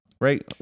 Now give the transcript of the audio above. right